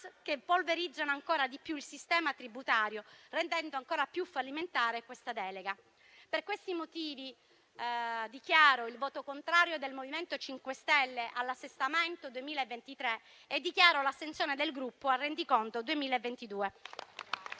che polverizzano ancora di più il sistema tributario, rendendo ancora più fallimentare questa delega. Per questi motivi, dichiaro il voto contrario del MoVimento 5 Stelle all'assestamento 2023 e dichiaro l'astensione del Gruppo al rendiconto 2022.